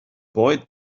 boy